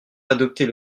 adopter